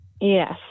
Yes